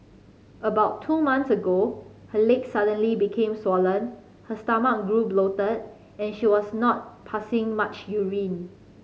about two months ago her leg suddenly became swollen her stomach grew bloated and she was not passing much urine